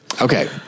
okay